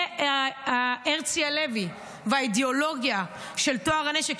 זה הרצי הלוי והאידיאולוגיה של טוהר הנשק,